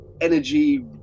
energy